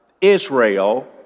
Israel